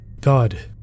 God